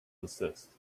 desist